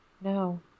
No